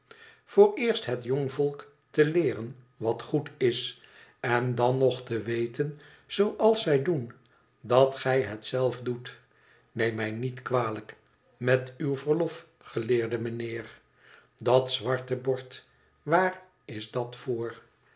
vooreerst het jongvolk te leeren wat goed is en dan nog te weten zooals gij doen dat gij het zelf doet neem mij niet kwalijk met uw verlof geleerde meneer dat zwarte bord waar is dat voor